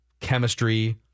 chemistry